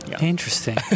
Interesting